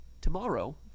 tomorrow